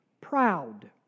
proud